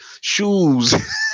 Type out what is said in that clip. shoes